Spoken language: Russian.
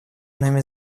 нами